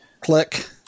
click